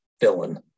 villain